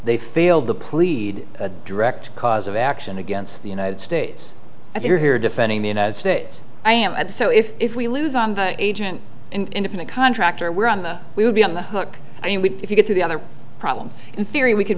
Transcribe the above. they failed to plead a direct cause of action against the united states if you're here defending the united states i am and so if if we lose on the agent independent contractor we're on the we would be on the hook i mean we if you get to the other problem in theory we c